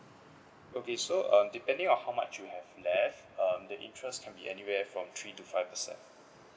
okay so uh depending how much you have left um the interest can be anywhere from three to five percent